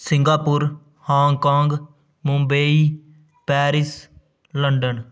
Singapore Hong Kong Mumbai Paris London